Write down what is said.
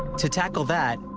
to tackle that,